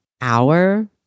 hour